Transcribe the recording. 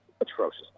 Atrocious